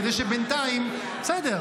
כדי שבינתיים --- שלושה חודשים,